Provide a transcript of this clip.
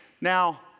Now